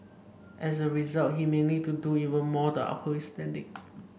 as a result he may need to do even more the uphold his standing